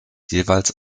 jeweils